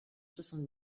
soixante